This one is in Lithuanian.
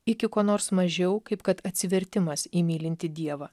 iki ko nors mažiau kaip kad atsivertimas į mylintį dievą